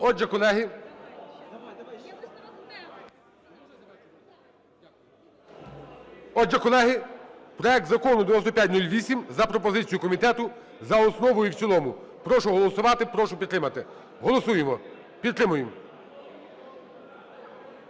Отже, колеги, проект Закону 9508 за пропозицією комітету - за основу і в цілому. Прошу голосувати. Прошу підтримати. Голосуємо. Підтримуємо.